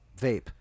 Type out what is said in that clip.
Vape